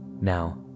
Now